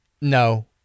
No